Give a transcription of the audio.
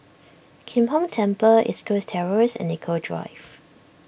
Kim Hong Temple East Coast Terrace and Nicoll Drive